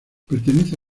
pertenece